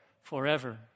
forever